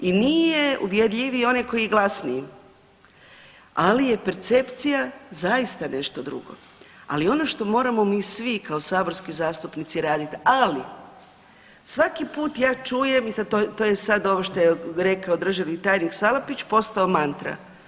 I nije uvjerljiviji onaj koji je glasniji, ali je percepcija zaista nešto drugo, ali ono što moramo mi svi kao saborski zastupnici raditi, ali svaki put ja čujem i sad to, to je sad ovo što je rekao državni tajnik Sapalić postao mantra.